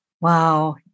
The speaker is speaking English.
Wow